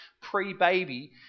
pre-baby